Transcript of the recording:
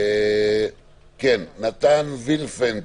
נתן וילפנד,